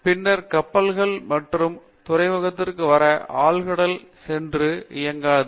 பின்னர் கப்பல்கள் வெறும் துறைமுகத்திற்கு வர ஆழ்கடலில் சென்று இயங்காது